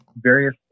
various